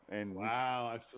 Wow